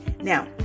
now